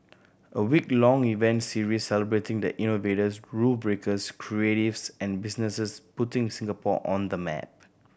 a week long event series celebrating the innovators rule breakers creatives and businesses putting Singapore on the map